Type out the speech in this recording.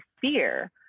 fear